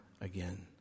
again